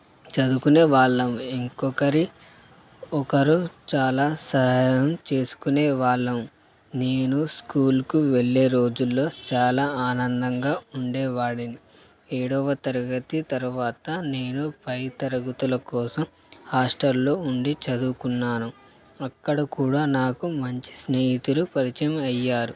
చదువుకునే వాళ్ళం ఇంకొకరి ఒకరు చాలా సహాయం చేసుకునే వాళ్ళం నేను స్కూల్కు వెళ్ళే రోజుల్లో చాలా ఆనందంగా ఉండేవాడిని ఏడవ తరగతి తర్వాత నేను పై తరగతుల కోసం హాస్టల్లో ఉండి చదువుకున్నాను అక్కడ కూడా నాకు మంచి స్నేహితులు పరిచయం అయ్యారు